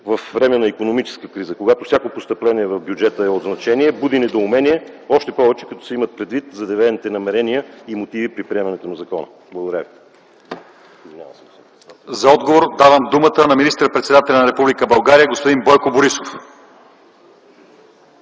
във време на икономическа криза, когато всяко постъпление в бюджета е от значение, буди недоумение, още повече като се имат предвид заявените намерения и мотиви при приемането на закона. Благодаря. ПРЕДСЕДАТЕЛ ЛЪЧЕЗАР ИВАНОВ: За отговор давам думата на министър-председателя на Република България господин Бойко Борисов.